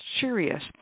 serious